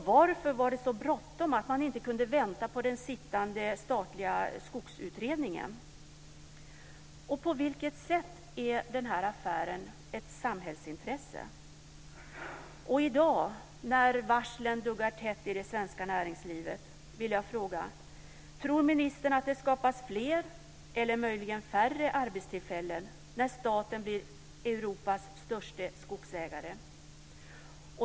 Varför var det så bråttom att man inte kunde vänta på den sittande, statliga skogsutredningen? På vilket sätt är den här affären ett samhällsintresse? Och i dag - när varslen duggar tätt i det svenska näringslivet - vill jag fråga: Tror ministern att det skapas fler eller möjligen färre arbetstillfällen när staten blir Europas största skogsägare?